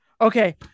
Okay